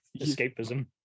escapism